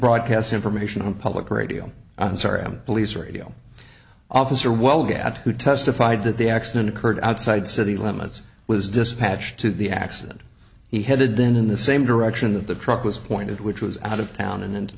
broadcast information on public radio i'm sorry i'm police radio officer well dad who testified that the accident occurred outside city limits was dispatched to the accident he headed then in the same direction that the truck was pointed which was out of town and into